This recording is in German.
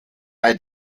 bei